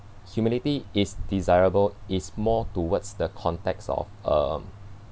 humility is desirable is more towards the context of um